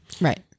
Right